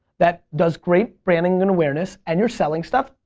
that does great branding and awareness and your selling stuff,